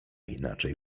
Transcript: inaczej